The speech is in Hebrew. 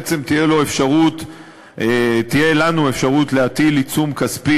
בעצם תהיה לנו אפשרות להטיל עיצום כספי